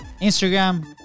Instagram